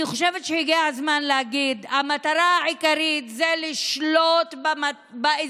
אני חושבת שהגיע הזמן להגיד: המטרה העיקרית זה לשלוט באזרחים,